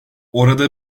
orada